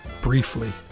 briefly